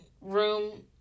room